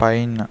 pine